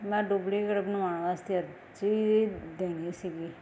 ਅਤੇ ਮੈਂ ਡੁਬਲੀਕੇਟ ਬਣਵਾਉਣ ਵਾਸਤੇ ਅਰਜ਼ੀ ਦੇਣੀ ਸੀਗੀ